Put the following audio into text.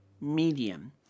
Medium